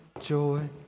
joy